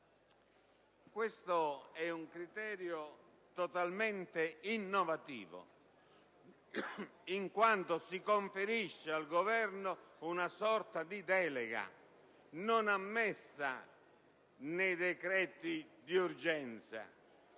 tratta di un criterio totalmente innovativo, in quanto conferisce al Governo una sorta di delega che non è ammessa nella decretazione d'urgenza.